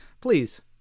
please